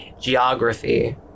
geography